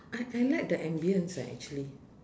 I I like the ambience eh actually